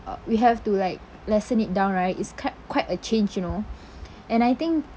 uh we have to like lessen it down right it's quite quite a change you know and I think